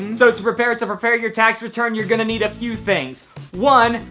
and so to prepare to prepare your tax return, you're gonna need a few things one.